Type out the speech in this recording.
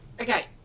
okay